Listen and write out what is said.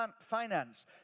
finance